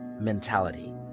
mentality